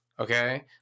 Okay